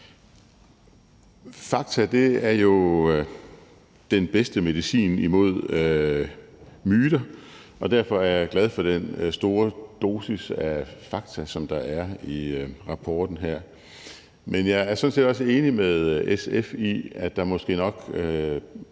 Fakta er jo den bedste medicin imod myter, og derfor er jeg glad for den store dosis af fakta, der er i rapporten her. Men jeg er sådan set også enig med SF i, at der måske nok